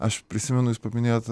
aš prisimenu jūs paminėjot